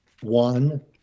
one